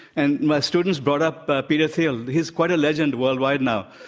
and my students brought up but peter thiel. he's quite a legend worldwide now.